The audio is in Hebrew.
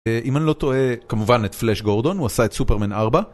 אם אני לא טועה, כמובן את פלאש גורדון, הוא עשה את סופרמן 4.